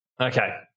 Okay